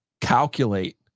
calculate